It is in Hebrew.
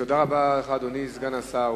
תודה לך, אדוני סגן השר.